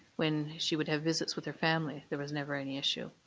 when she would have visits with her family, there was never any issue.